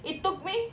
it took me